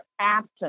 absent